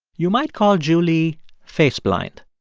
you might call julie face blind.